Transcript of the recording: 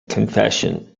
confession